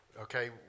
Okay